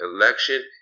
election